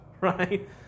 Right